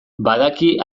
badaki